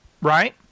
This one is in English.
Right